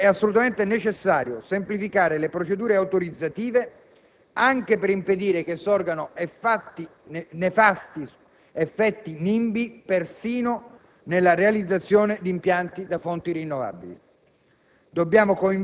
Inoltre, è assolutamente necessario semplificare le procedure autorizzative anche per impedire che sorgano nefasti effetti NIMBY (*not in my back yard*), persino nella realizzazione di impianti da fonti rinnovabili.